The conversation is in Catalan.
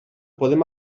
podem